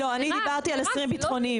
איזה אסירים ביטחוניים?